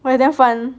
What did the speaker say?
but is damn fun